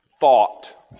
thought